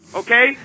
okay